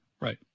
right